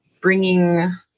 bringing